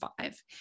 five